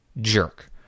Jerk